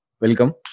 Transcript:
Welcome